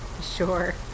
Sure